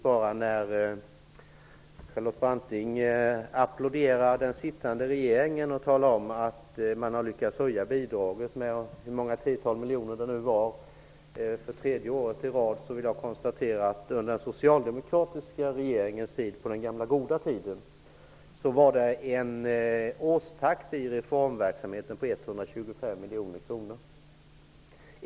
Men när Charlotte Branting applåderar den sittande regeringen och talar om att man har lyckats höja bidragen med några tiotal miljoner för tredje året i rad, vill jag konstatera att vi under den socialdemokratiska regeringens tid på den gamla goda tiden hade en årstakt i reformverksamheten på 125 miljoner kronor.